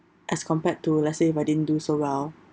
as compared to let's say if I didn't do so well